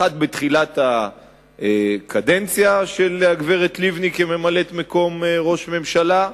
אחת בתחילת הקדנציה של הגברת לבני כממלאת-מקום ראש הממשלה,